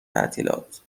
تعطیلات